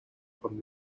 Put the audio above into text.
from